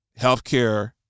healthcare